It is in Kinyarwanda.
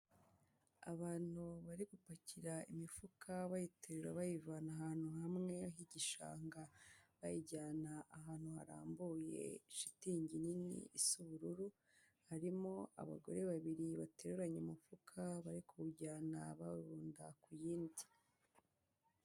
Abantu bari gupakira imifuka bayiterura bayivana ahantu hamwe h'igishanga, bayijyana ahantu harambuye shitingi nini isa ubururu, harimo abagore babiri bateruranye umufuka bari kuwujyana bawurunda ku yindi.